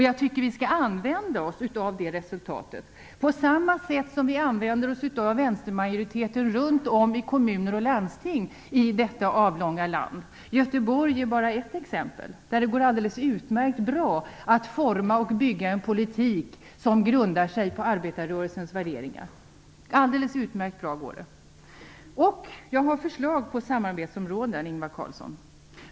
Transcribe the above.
Jag tycker att vi skall använda oss av det resultatet på samma sätt som vi använder oss av vänstermajoriteter i kommuner och landsting runt om i detta avlånga land. Göteborg är ett exempel. Där går det alldeles utmärkt bra att forma och bygga en politik som grundar sig på arbetarrörelsens värderingar. Jag har förslag på samarbetsområden, Ingvar Carlsson!